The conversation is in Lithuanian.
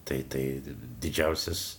tai tai didžiausias